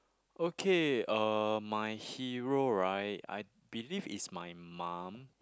okay uh my hero right I believe is my mum